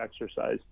exercise